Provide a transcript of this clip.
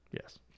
Yes